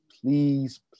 please